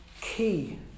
key